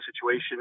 situation